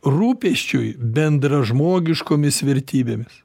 rūpesčiui bendražmogiškomis vertybėmis